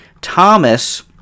Thomas